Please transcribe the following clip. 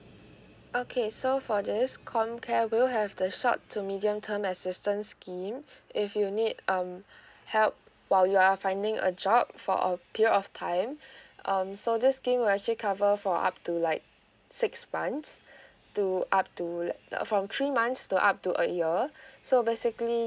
okay so for this comcare we'll have the short to medium term assistance scheme if you need um help while you are finding a job for a period of time um so this scheme will actually cover for up to like six months to up to uh from three months to up to a year so basically